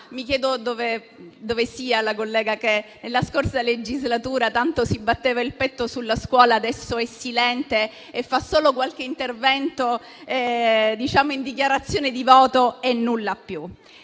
mi chiedo dove sia la collega che nella scorsa legislatura tanto si batteva il petto sulla scuola e che adesso è silente e fa solo qualche intervento in dichiarazione di voto e nulla più.